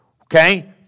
Okay